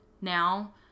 now